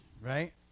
right